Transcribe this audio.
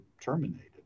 terminated